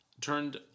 turned